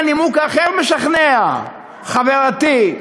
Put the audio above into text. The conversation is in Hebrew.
אז בואו נחשוב, אולי הנימוק האחר משכנע, חברתי?